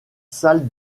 salles